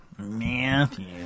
Matthew